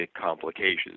complications